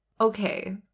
Okay